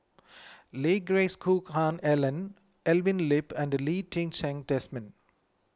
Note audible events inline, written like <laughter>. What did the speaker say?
<noise> Lee Geck Hoon Ellen Evelyn Lip and Lee Ti Seng Desmond